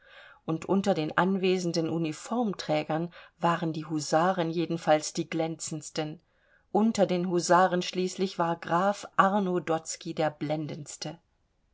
und unter den anwesenden uniformträgern waren die husaren jedenfalls die glänzendsten unter den husaren schließlich war graf arno dotzky der blendendste